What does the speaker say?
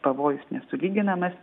pavojus nesulyginamas